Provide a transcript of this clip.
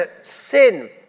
sin